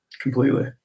Completely